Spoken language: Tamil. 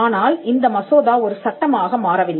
ஆனால் இந்த மசோதா ஒரு சட்டமாக மாறவில்லை